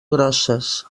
grosses